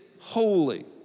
holy